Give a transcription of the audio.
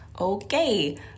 okay